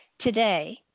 today